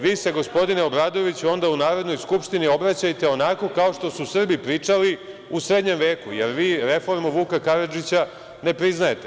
Vi se, gospodine Obradoviću, onda u Narodnoj skupštini obraćajte onako kao što su Srbi pričali u srednjem veku, jer vi reformu Vuka Karadžića ne priznajete.